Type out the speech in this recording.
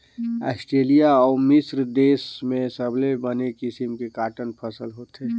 Australia अउ मिस्र देस में सबले बने किसम के कॉटन फसल होथे